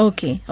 Okay